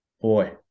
Boy